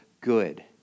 good